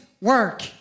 work